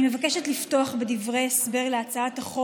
אני מבקשת לפתוח בדברי הסבר להצעת החוק